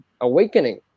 awakening